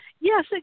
Yes